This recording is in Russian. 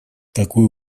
такую